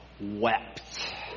wept